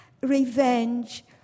Revenge